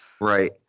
Right